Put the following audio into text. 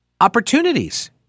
opportunities